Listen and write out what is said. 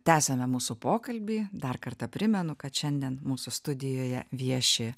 tęsiame mūsų pokalbį dar kartą primenu kad šiandien mūsų studijoje vieši